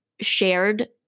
shared